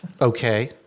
Okay